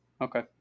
okay